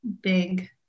big